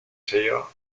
sello